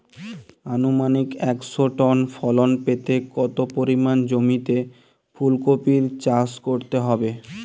আনুমানিক একশো টন ফলন পেতে কত পরিমাণ জমিতে ফুলকপির চাষ করতে হবে?